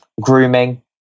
grooming